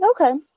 Okay